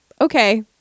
okay